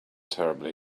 terribly